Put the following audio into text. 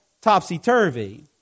topsy-turvy